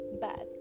bad